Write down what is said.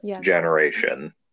generation